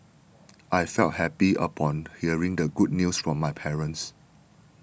I felt happy upon hearing the good news from my parents